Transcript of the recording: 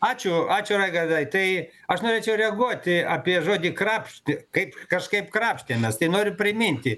ačiū ačiū raigardai tai aš norėčiau reaguoti apie žodį krapštė kaip kažkaip krapštėmės tai noriu priminti